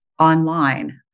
online